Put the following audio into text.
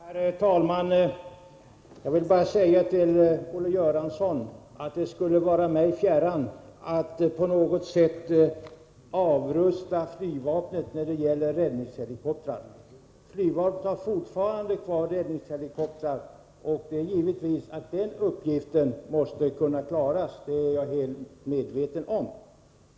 Herr talman! Jag vill bara säga till Olle Göransson att det skulle vara mig fjärran att på något sätt vilja avrusta flygvapnet när det gäller räddningshelikoptrar. Flygvapnet har fortfarande kvar räddningshelikoptrar, och deras uppgifter måste givetvis kunna klaras — det är jag helt medveten om.